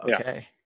okay